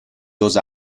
los